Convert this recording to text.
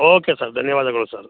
okay sir ಧನ್ಯವಾದಗಳು sir